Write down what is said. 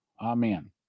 Amen